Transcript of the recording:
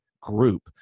group